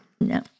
No